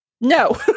no